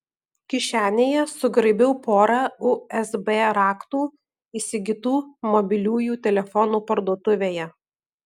kišenėje sugraibiau porą usb raktų įsigytų mobiliųjų telefonų parduotuvėje